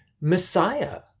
Messiah